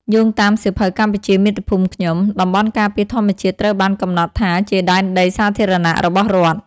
យោងតាមសៀវភៅ "កម្ពុជាមាតុភូមិខ្ញុំ" តំបន់ការពារធម្មជាតិត្រូវបានកំណត់ថាជាដែនដីសាធារណៈរបស់រដ្ឋ។